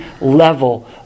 level